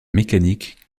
mécanique